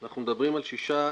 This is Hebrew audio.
אנחנו מדברים על 6%,